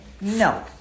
No